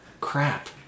crap